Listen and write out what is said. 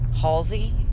Halsey